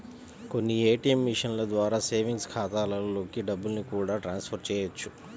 కొన్ని ఏ.టీ.యం మిషన్ల ద్వారా సేవింగ్స్ ఖాతాలలోకి డబ్బుల్ని కూడా ట్రాన్స్ ఫర్ చేయవచ్చు